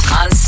on